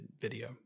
video